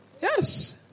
Yes